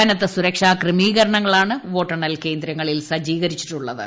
കനത്ത സുരക്ഷാ ക്രമീകരണങ്ങളാണ് വോട്ടെണ്ണൽ കേന്ദ്രങ്ങളിൽ സജ്ജീകരിച്ചിട്ടുള്ളത്